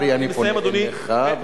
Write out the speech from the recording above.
אני פונה אליך ואני,